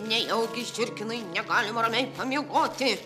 nejaugi žiurkinui negalima ramiai pamiegoti